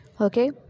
Okay